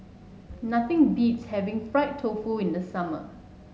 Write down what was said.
nothing beats having Fried Tofu in the summer